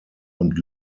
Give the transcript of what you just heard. und